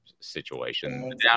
Situation